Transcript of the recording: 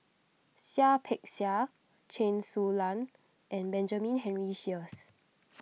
Seah Peck Seah Chen Su Lan and Benjamin Henry Sheares